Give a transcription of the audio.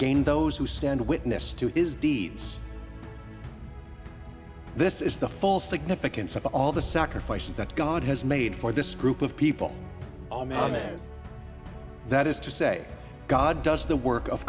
gain those who stand witness to his deeds this is the full significance of all the sacrifice that god has made for this group of people oh man that is to say god does the work of